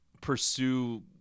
pursue